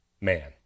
man